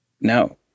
now